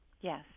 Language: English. Yes